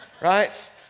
right